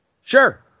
Sure